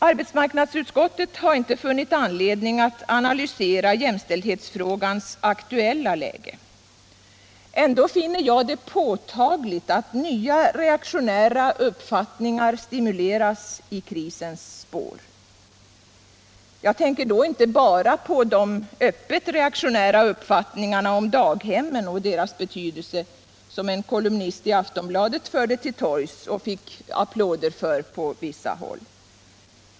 Arbetsmarknadsutskottet har inte funnit anledning att analysera jämställdhetsfrågans aktuella läge. Ändå finner jag det påtagligt att nya reaktionära uppfattningar stimuleras i krisens spår. Jag tänker då inte bara på de öppet reaktionära uppfattningarna om daghemmen och deras betydelse, som en kolumnist i Aftonbladet förde till torgs och fick applåder för på vissa håll.